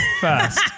first